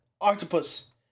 Octopus